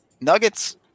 Nuggets